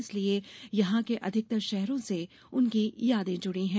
इसलिए यहां के अधिकतर शहरों से उनकी यादें जुड़ी है